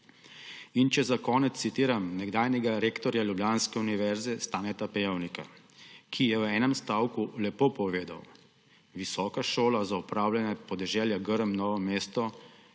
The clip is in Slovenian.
Če za konec citiram nekdanjega rektorja ljubljanske univerze Staneta Pejovnika, ki je v enem stavku lepo povedal: »Visoka šola za upravljanje podeželja Grm Novo mesto,